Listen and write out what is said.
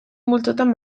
multzotan